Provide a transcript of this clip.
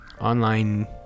online